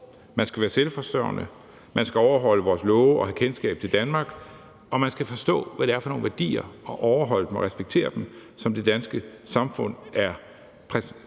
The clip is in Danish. man skal være selvforsørgende; man skal overholde vores love og have kendskab til Danmark; og man skal forstå, hvad det er for nogle værdier, som det danske samfund har som